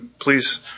please